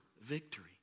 victory